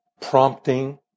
prompting